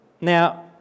Now